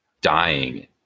dying